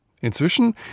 Inzwischen